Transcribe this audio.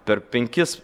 per penkis